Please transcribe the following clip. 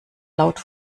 laut